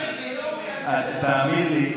אתה אומר,